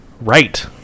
Right